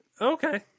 Okay